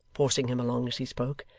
forcing him along as he spoke.